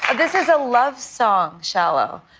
and this is a love song, shallow.